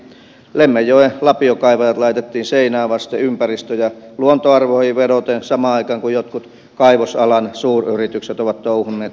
lemmenjoen lapiokaivajat laitettiin seinää vasten ympäristö ja luontoarvoihin vedoten samaan aikaan kun jotkut kaivosalan suuryritykset ovat touhunneet seurauksista piittaamatta